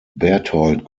berthold